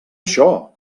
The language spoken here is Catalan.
això